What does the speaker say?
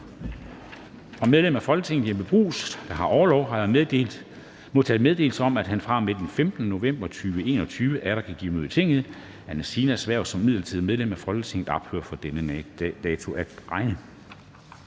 Fra medlem af Folketinget Jeppe Bruus (S), der har orlov, har jeg modtaget meddelelse om, at han fra og med den 15. november 2021 atter kan give møde i Tinget. Anne Sinas hverv som midlertidigt medlem af Folketinget ophører fra denne dato at regne.